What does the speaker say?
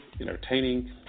entertaining